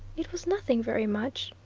it was nothing very much,